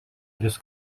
tris